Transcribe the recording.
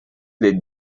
les